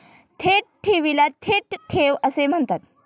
थेट ठेवीला थेट ठेव असे म्हणतात